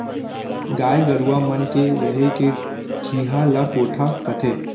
गाय गरूवा मन के रहें के ठिहा ल कोठा कथें